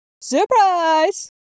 Surprise